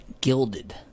gilded